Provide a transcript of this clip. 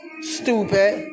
Stupid